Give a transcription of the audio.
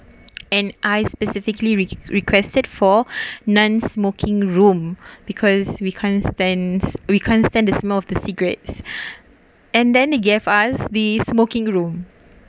and I specifically re~ requested for non-smoking room because we can't stands we can't stand the smell of the cigarettes and then they gave us the smoking room